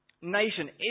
nation